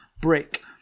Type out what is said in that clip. brick